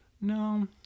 No